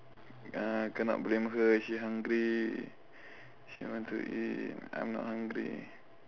ah cannot blame her she hungry she want to eat I'm not hungry